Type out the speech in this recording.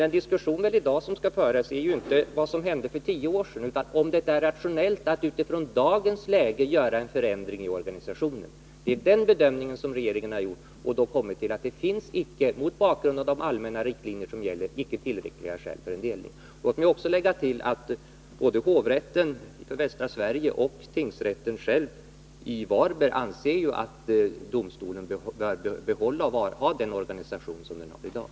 Men diskussionen i dag skall ju inte gälla vad som hände för tio år sedan, utan om det är rationellt att med hänsyn till dagens läge ändra organisationen. Det är den bedömningen som regeringen har gjort och då kommit fram till att det mot bakgrund av de allmänna riktlinjer som gäller icke finns tillräckliga skäl för en delning. Jag kan tillägga att både hovrätten för Västra Sverige och tingsrätten själv i Varberg anser att domstolen bör behålla den organisation som den har i dag.